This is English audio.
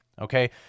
okay